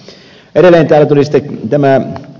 edelleen täällä tuli ed